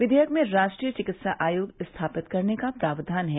विधेयक में राष्ट्रीय चिकित्सा आयोग स्थापित करने का प्रावधान है